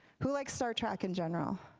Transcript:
who likes star trek in general?